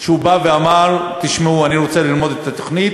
שבא ואמר: תשמעו, אני רוצה ללמוד את התוכנית,